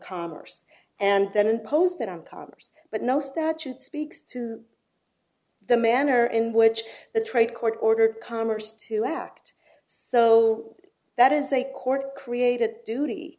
commerce and then impose that on commerce but no statute speaks to the manner in which the trade court ordered commerce to act so that is a court created a duty